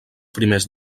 primers